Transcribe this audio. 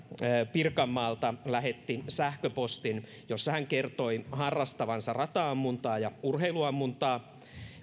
pirkanmaalta lähetti sähköpostin jossa hän kertoi harrastavansa rata ammuntaa ja urheiluammuntaa ja